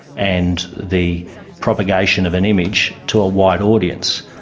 and the propagation of an image to a wide audience.